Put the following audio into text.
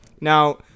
Now